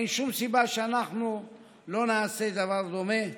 אין שום סיבה שאנחנו לא נעשה דבר דומה.